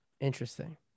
Interesting